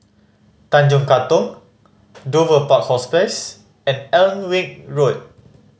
Tanjong Katong Dover Park Hospice and Alnwick Road